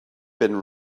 been